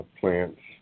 plants